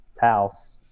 house